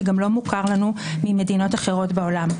וגם לא מוכר לנו ממדינות אחרות בעולם.